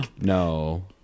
No